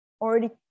already